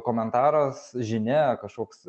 komentaras žinia kažkoks